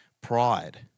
pride